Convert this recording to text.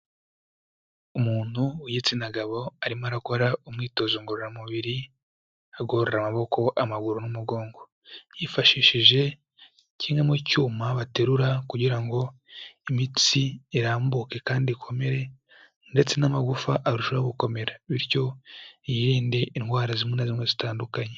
Umuntu w'igitsina gabo arimo arakora umwitozo ngororamubiri agororera amaboko, amaguru n'umugongo, yifashishije kimwe mu cyuma baterura kugira ngo imitsi irambuke kandi ikomere ndetse n'amagufa arushaho gukomera, bityo yirinde indwara zimwe na zimwe zitandukanye.